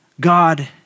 God